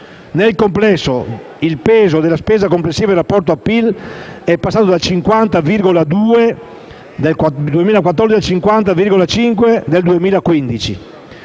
Nel complesso, il peso della spesa complessiva in rapporto al PIL è passato dal 50,2 per cento del 2014